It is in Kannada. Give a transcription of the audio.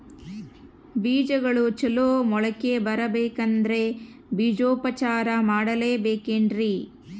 ಬೇಜಗಳು ಚಲೋ ಮೊಳಕೆ ಬರಬೇಕಂದ್ರೆ ಬೇಜೋಪಚಾರ ಮಾಡಲೆಬೇಕೆನ್ರಿ?